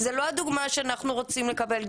זו לא הדוגמה שאנחנו רוצים לקבל,